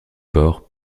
porcs